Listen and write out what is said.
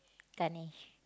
Ganesh